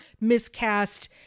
miscast